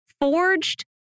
forged